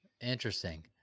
Interesting